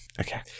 okay